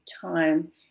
time